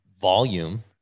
volume